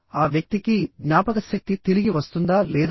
ఆ వ్యక్తికి జ్ఞాపకశక్తి తిరిగి వస్తుందా లేదా